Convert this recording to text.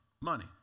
Money